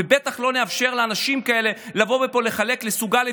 ובטח לא לאפשר לאנשים כאלה לבוא לפה ולחלק לסוג א',